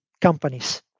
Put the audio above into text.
companies